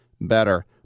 better